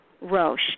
Roche